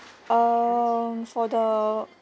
err for the